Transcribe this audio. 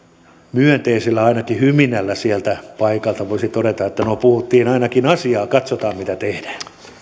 myönteisellä hyminällään sieltä paikalta voisi todeta että no puhuttiin ainakin asiaa ja katsotaan mitä tehdään